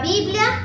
Biblia